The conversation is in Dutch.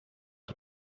dat